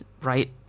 right